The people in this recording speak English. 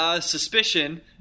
Suspicion